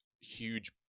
huge